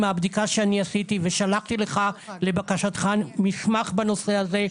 מהבדיקה שאני עשיתי ושלחתי לך לבקשתך מסמך בנושא הזה,